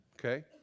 okay